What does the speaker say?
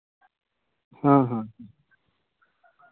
ᱦᱮᱸ ᱦᱮᱸ